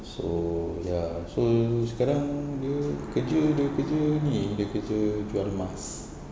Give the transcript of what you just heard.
so ya so sekarang dia kerja dia kerja ni dia kerja jual emas